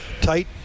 tight